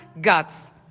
guts